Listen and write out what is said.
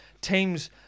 Teams